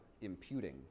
imputing